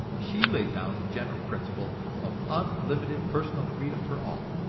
she laid down the general principle of unlimited personal freedom for all,